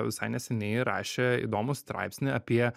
visai neseniai rašė įdomų straipsnį apie